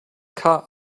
car